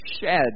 shed